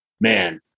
man